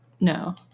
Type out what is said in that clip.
No